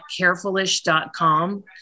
carefulish.com